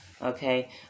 Okay